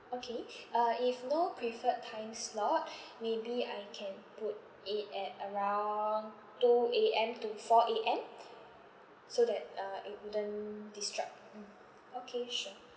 okay uh if no preferred time slot maybe I can put it at around two A_M to four A_M so that uh it wouldn't disrupt mm okay sure